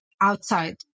outside